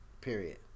period